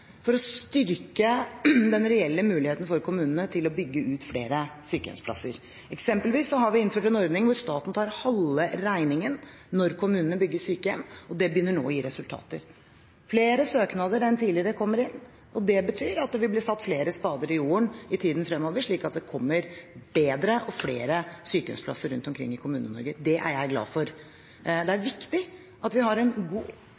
for å styrke den reelle muligheten for kommunene til å bygge ut flere sykehjemsplasser. Eksempelvis har vi innført en ordning hvor staten tar halve regningen når kommunene bygger sykehjem, og det begynner nå å gi resultater. Flere søknader enn tidligere kommer inn, og det betyr at det vil bli satt flere spader i jorden i tiden fremover, slik at det kommer bedre og flere sykehjemsplasser rundt omkring i Kommune-Norge. Det er jeg glad for. Det er viktig at vi har en god,